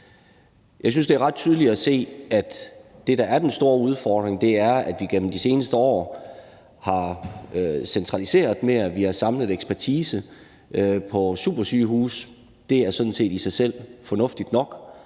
Jeg synes, det er ret tydeligt at se, at det, der er den store udfordring, er, at vi gennem de seneste år har centraliseret mere. Vi har samlet ekspertisen på supersygehuse. Det er sådan set i sig selv fornuftigt nok.